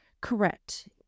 Correct